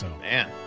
Man